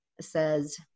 says